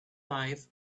life